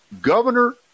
Governor